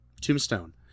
tombstone